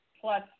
plus